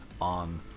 on